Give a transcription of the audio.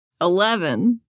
Eleven